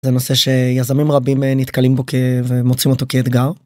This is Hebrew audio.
זה נושא שיזמים רבים נתקלים בו ומוצאים אותו כאתגר.